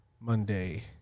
Monday